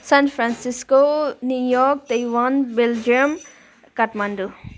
San Francisco New York Taiwan Belgium Kathmandu